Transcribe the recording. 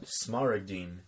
Smaragdine